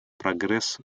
прогресс